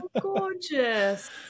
gorgeous